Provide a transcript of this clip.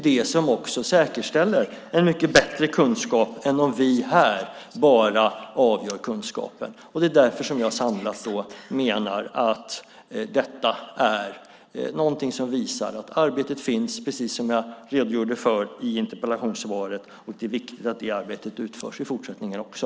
Det säkerställer en mycket bättre kunskap än om vi avgör kunskapen bara här. Sammantaget menar jag att detta visar att arbetet sker, precis som jag redogjorde för i interpellationssvaret. Det är viktigt att det arbetet utförs i fortsättningen också.